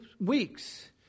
weeks